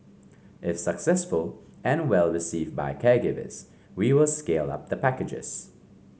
if successful and well received by caregivers we will scale up the packages